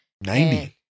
Ninety